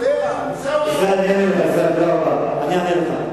אני אענה לך.